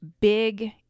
big